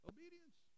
Obedience